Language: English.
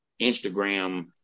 Instagram